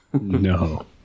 No